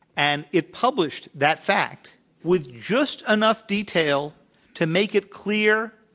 and it published that fact with just enough detail to make it clear